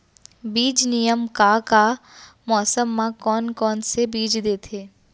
बीज निगम का का मौसम मा, कौन कौन से बीज देथे?